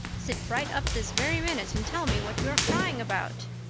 sit right up this very minute and tell me what you are crying about.